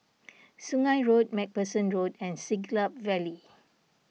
Sungei Road MacPherson Road and Siglap Valley